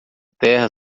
terra